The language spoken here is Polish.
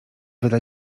wyda